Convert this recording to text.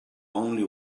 only